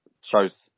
shows